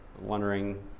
wondering